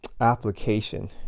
application